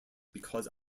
because